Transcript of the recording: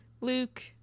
Luke